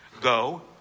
go